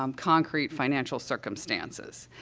um concrete financial circumstances.